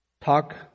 talk